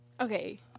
Okay